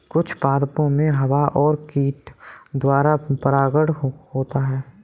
कुछ पादपो मे हवा और कीट द्वारा परागण होता है